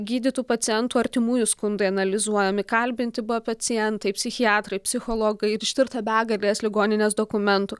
gydytų pacientų artimųjų skundai analizuojami kalbinti buvę pacientai psichiatrai psichologai ir ištirta begalės ligoninės dokumentų